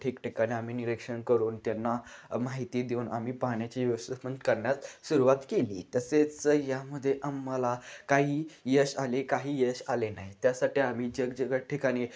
ठिकठिकाणी आम्ही निरीक्षण करून त्यांना माहिती देऊन आम्ही पाण्याची व्यवस्थापन करण्यास सुरुवात केली तसेच यामध्ये आम्हाला काही यश आले काही यश आले नाही त्यासाठी आम्ही जग जग ठिकाणी